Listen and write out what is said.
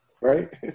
right